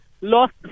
lost